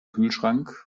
kühlschrank